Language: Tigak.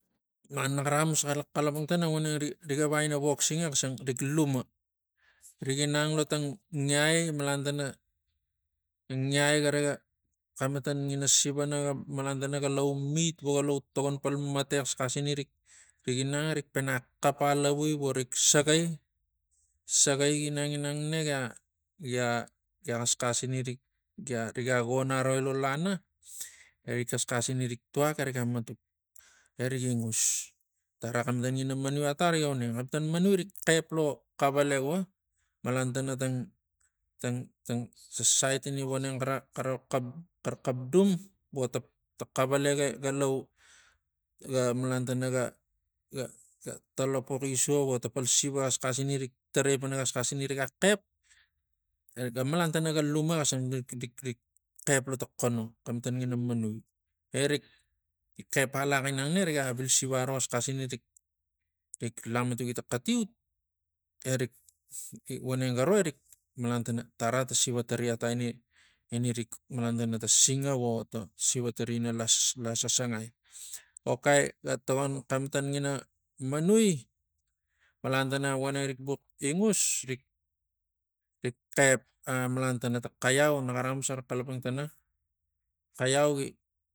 Malan naxara axamus kara xalapang tana voneng ri- riga vakaina wok siga xisang rik luma rik inang lo tang ngiai malan tana galau met voga lau togon pal mata xasxasani riginang erik pana xapalavui vo rik sagai sagai ginang ginang gia- gia- gia xasxasina rikgia ri gia gonaroi tang lana egi xasxasina rik tuak eriga matuk eri ingus tara xematan manui ata riga uneng xemation manui rik xep lo xavala vo malantana tang tang tang siat ini voneng kara kara kep kara kep dum vota xavala ga lau ga- ga malan tana ga- ga talapak sua ro ta pal siva xasxasina rik tarai pana xasxasani riga xep ega malantana galuma xisang rik- rik xep lo tang kono xamatan ngina manui erik cep alak inang na rik wil siva aro xasxasina rik- rik lamatuki tang xatiut erik voneng ga ro erik malan tana tara ta siva tari ata ina- ina rik malan tana tang singa vo ta siva tari ata inaina rik malan tana tang tagon xematan ngina manui malan tana voneng rikbuk ingus rik- rik xep malantana tang xalau naxara axamus xara xalapang tana xaiau gi